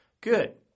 Good